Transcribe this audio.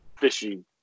fishy